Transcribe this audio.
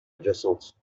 adjacente